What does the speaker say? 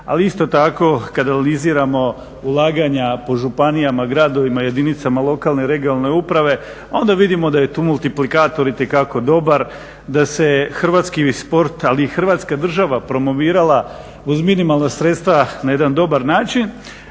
ali isto tako kada analiziramo ulaganja po županijama, gradovima i jedinicama lokalne i regionalne uprave onda vidimo da je tu multiplikator itekako dobar, da se hrvatski sport ali i Hrvatska država promovirala uz minimalna sredstva na jedan dobar način.